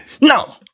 No